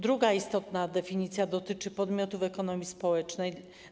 Druga istotna definicja dotyczy podmiotów ekonomii społecznej.